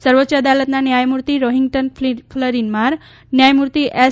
સર્વોચ્ય અદાલતના ન્યાયમૂર્તિ રોફીગ્ટન ફલીનરીમાન ન્યાયમૂર્તિ એસ